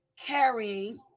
carrying